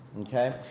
okay